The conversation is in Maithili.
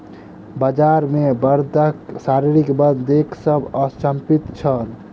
बजार मे बड़दक शारीरिक बल देख सभ अचंभित छल